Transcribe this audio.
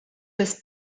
was